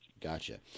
Gotcha